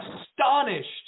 Astonished